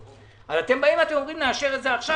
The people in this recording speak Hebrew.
אתם אומרים: נאשר את זה עכשיו,